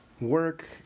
work